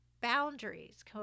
boundaries